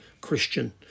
Christian